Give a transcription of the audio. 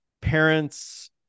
parents